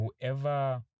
whoever